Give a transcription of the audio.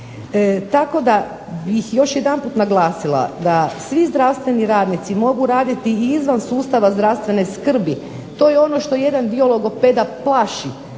Tako da bih još jedanput naglasila da svi zdravstveni radnici mogu raditi izvan sustava zdravstvene skrbi, to je ono što jedan dio logopeda plaši,